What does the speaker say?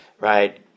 right